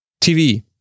TV